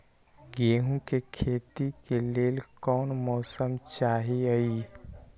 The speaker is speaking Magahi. गेंहू के खेती के लेल कोन मौसम चाही अई?